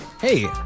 Hey